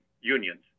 unions